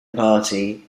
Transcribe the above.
party